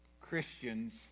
Christians